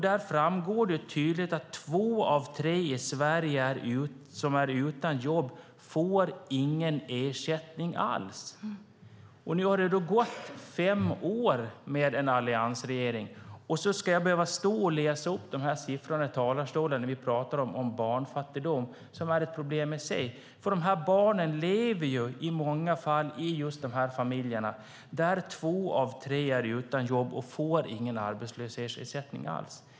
Där framgår det tydligt att två av tre i Sverige som är utan jobb inte får någon ersättning alls. Nu har det gått fem år med en alliansregering och jag ska behöva stå och läsa upp de här siffrorna i talarstolen när vi pratar om barnfattigdom, som är ett problem i sig. De här barnen lever i många fall i just de familjer där två av tre som är utan jobb inte får någon arbetslöshetsersättning alls.